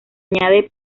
añade